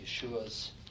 Yeshua's